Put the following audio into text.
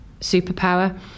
superpower